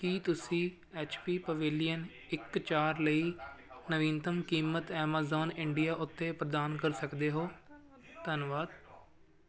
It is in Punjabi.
ਕੀ ਤੁਸੀਂ ਐਚ ਪੀ ਪਵੇਲੀਅਨ ਇੱਕ ਚਾਰ ਲਈ ਨਵੀਨਤਮ ਕੀਮਤ ਐਮਾਜ਼ਾਨ ਇੰਡੀਆ ਉੱਤੇ ਪ੍ਰਦਾਨ ਕਰ ਸਕਦੇ ਹੋ ਧੰਨਵਾਦ